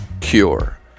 Cure